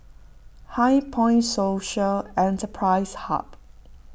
HighPoint Social Enterprise Hub